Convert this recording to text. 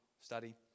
study